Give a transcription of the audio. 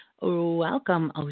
Welcome